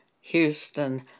houston